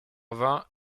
vins